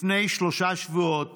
לפני שלושה שבועת